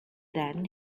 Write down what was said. then